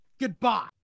Goodbye